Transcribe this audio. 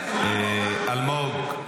אלמוג,